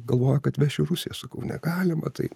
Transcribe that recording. galvojo kad vešiu į rusiją sakau negalima tai